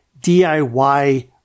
DIY